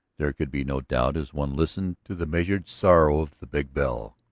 there could be no doubt as one listened to the measured sorrowing of the big bell.